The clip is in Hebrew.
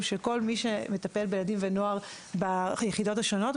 של כל מי שמטפל בילדים ונוער ביחידות השונות.